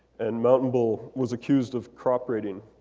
and mountain bull was accused of crop raiding.